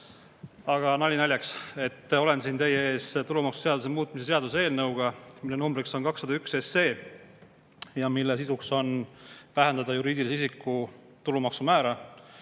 Aga nali naljaks. Olen siin teie ees tulumaksuseaduse muutmise seaduse eelnõuga, mille number on 201 ja mille sisu on juriidilise isiku tulumaksu määra